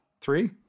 Three